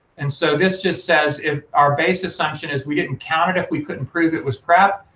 and so this just says if our base assumption is we didn't count it if we couldn't prove it was prep,